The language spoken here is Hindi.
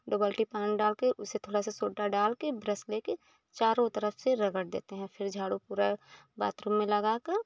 दो बाल्टी पानी डाल के उसे थोड़ा सा सोड्डा डाल के ब्रस लेकर चारों तरफ़ से रगड़ देते हैं फिर झाड़ू पूरा बाथरूम में लगाकर